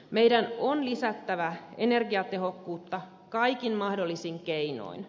meidän on lisättävä energiatehokkuutta kaikin mahdollisin keinoin